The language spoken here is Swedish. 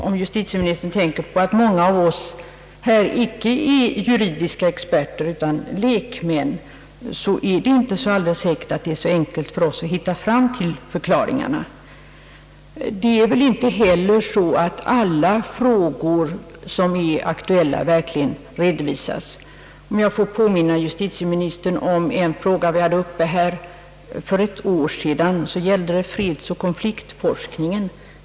Om justitieministern tänker på att många av oss inte är juridiska experter utan lekmän, så kan han förstå att det inte är så enkelt för oss att hitta fram till förklaringarna. Det förhåller sig inte heller så att alla frågor som är aktuella verkligen redovisas. Låt mig påminna justitieministern om den fråga som vi hade uppe här för ett år sedan och som gällde fredsoch konfliktforskningen.